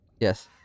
Yes